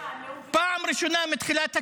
פעם ראשונה מתחילת הקדנציה,